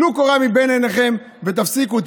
טלו קורה מבין עיניכם ותפסיקו.